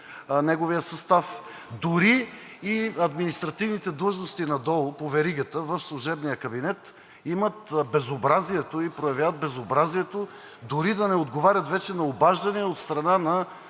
неговият състав. Дори и административните длъжности надолу по веригата в служебния кабинет имат безобразието и проявяват безобразието дори да не отговарят вече на обаждания от страна на